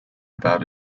about